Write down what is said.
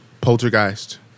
Poltergeist